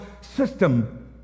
system